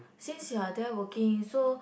since you're there working so